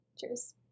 Cheers